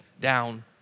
down